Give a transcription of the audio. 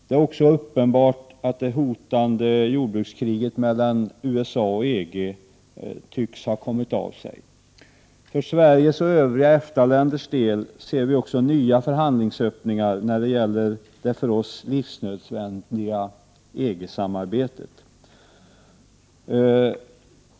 Det är också uppenbart att det hotande jordbrukskriget mellan USA och EG tycks ha kommit av sig. För Sveriges och övriga EFTA-länders del ser vi också nya förhandlingsöppningar när det gäller det för oss livsnödvändiga EG-samarbetet.